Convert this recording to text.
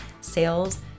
sales